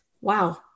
wow